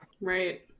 right